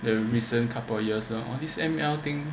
the recent couple years lor all this M_L thing